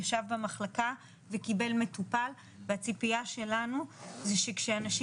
ישב במחלקה וקיבל מטופל והציפייה שלנו זה שכשאנשים